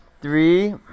three